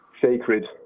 Sacred